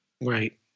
Right